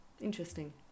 Interesting